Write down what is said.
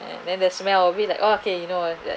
and then the smell of it ah okay you know that